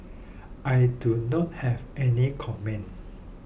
I do not have any comment